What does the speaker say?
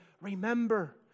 Remember